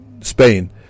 Spain